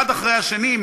אחד אחרי השני,